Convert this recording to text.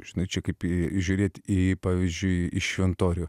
žinai čia kaip į žiūrėti į pavyzdžiui į šventorių